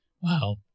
Wow